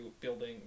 building